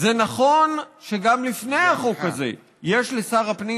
זה נכון שגם לפני החוק הזה יש לשר הפנים